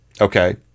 Okay